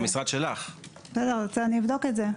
אבדוק זאת.